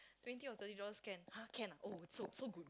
twenty or thirty dollars can !huh! can oh so so good